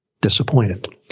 disappointed